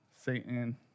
Satan